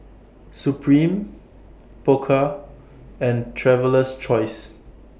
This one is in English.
Supreme Pokka and Traveler's Choice